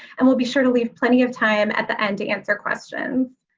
and we'll be sure to leave plenty of time at the end to answer questions.